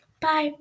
bye